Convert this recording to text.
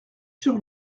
sur